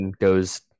goes